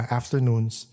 afternoons